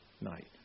night